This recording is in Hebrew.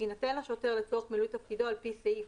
יינתן לשוטר לצורך מילוי תפקידו על פי סעיף